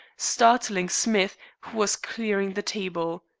startling smith, who was clearing the table.